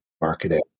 marketing